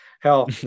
hell